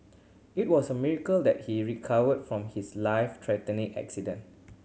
it was a miracle that he recovered from his life threatening accident